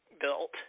built